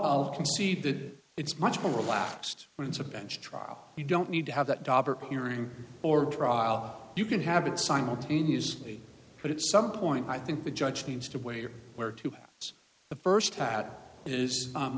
i'll concede that it's much more relaxed when it's a bench trial you don't need to have that dobber hearing or a trial you can have it simultaneously but at some point i think the judge needs to weigh her where to the first that is